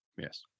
Yes